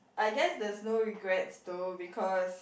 I guess there's no regrets though because